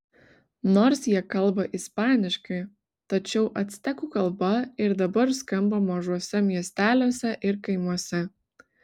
nors jie kalba ispaniškai tačiau actekų kalba ir dabar skamba mažuose miesteliuose ir kaimuose